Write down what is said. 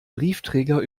briefträger